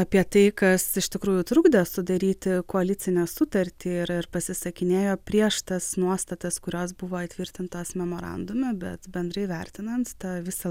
apie tai kas iš tikrųjų trukdė sudaryti koalicinę sutartį ir ir pasisakinėjo prieš tas nuostatas kurios buvo įtvirtintos memorandume bet bendrai vertinant tą visą